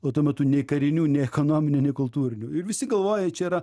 o tuo metu nei karinių nei ekonominių nei kultūrinių ir visi galvojo čia yra